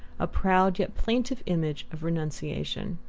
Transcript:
a proud yet plaintive image of renunciation.